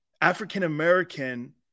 African-American